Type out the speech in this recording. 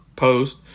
post